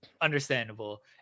Understandable